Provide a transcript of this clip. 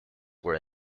were